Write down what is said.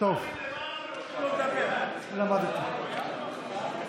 ח"כ אחד, תמיד מעלים למעלה ונותנים לו לדבר.